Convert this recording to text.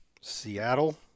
Seattle